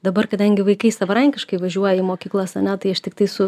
dabar kadangi vaikai savarankiškai važiuoja į mokyklas ane tai aš tiktai su